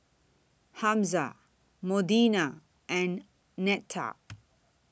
Hamza Modena and Netta